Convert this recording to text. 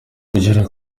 kugera